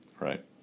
Right